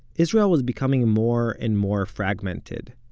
israel was becoming more and more fragmented.